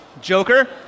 Joker